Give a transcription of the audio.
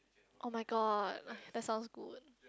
oh-my-god that sounds good